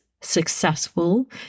successful